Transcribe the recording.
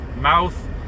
mouth